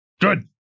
Good